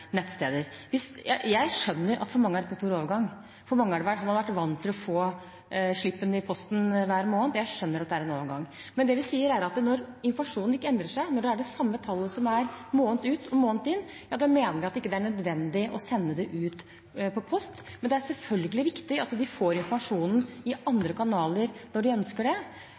nettsteder. Jeg skjønner at for mange er dette en stor overgang. Mange har vært vant til å få slippen i posten hver måned, så jeg skjønner at det er en overgang. Men det vi sier, er at når informasjonen ikke endrer seg, når det er det samme tallet måned ut og måned inn, mener vi det ikke er nødvendig å sende det ut per post. Men det er selvfølgelig viktig at de får informasjonen i andre kanaler når de ønsker det,